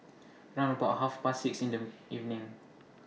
round about Half Past six in The evening